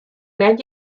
net